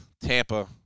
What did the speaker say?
Tampa